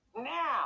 Now